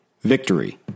victory